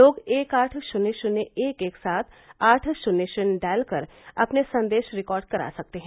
लोग एक आठ शून्य शून्य एक एक सात आठ शून्य शून्य डायल कर अपने संदेश रिकार्ड करा सकते हैं